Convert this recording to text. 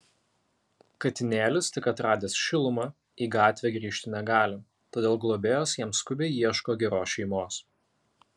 katinėlis tik atradęs šilumą į gatvę grįžti negali todėl globėjos jam skubiai ieško geros šeimos